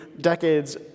decades